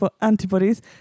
antibodies